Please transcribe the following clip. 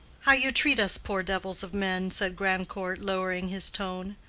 how you treat us poor devils of men! said grandcourt, lowering his tone.